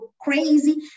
crazy